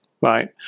right